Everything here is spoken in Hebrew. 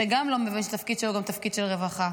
שגם לא מבין שהתפקיד שלו הוא תפקיד של רווחה?